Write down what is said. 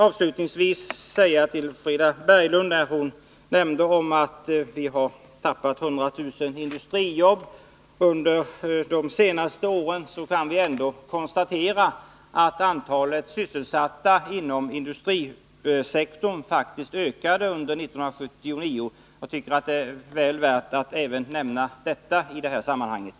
Avslutningsvis vill jag säga till Frida Berglund, som nämnde att vi under de senaste åren tappat hundra tusen industrijobb, att antalet sysselsatta inom industrisektorn faktiskt ökade under 1979. Jag tycker att även detta är väl värt att nämna i det här sammanhanget.